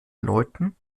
leuten